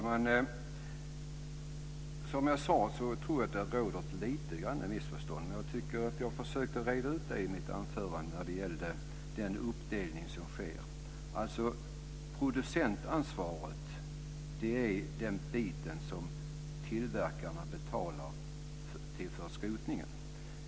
Fru talman! Som jag sade tror jag att det råder ett litet missförstånd. Jag försökte reda ut i mitt anförande den uppdelning som sker. Producentansvaret är den del som tillverkarna betalar för skrotningen.